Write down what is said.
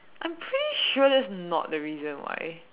I'm pretty sure that's not the reason why